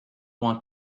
want